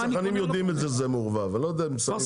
מה אני קונה ומה אני לא קונה.